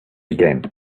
again